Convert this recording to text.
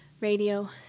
radio